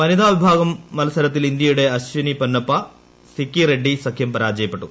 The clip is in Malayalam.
വനിതാ വിഭാഗം മത്സരത്തിൽ ഇന്ത്യയുടെ അശ്വിനി പൊന്നപ്പ സിക്കി റെഡ്ഡി സഖ്യം പരാജയപ്പെട്ടു